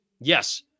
yes